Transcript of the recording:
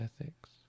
ethics